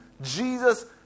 Jesus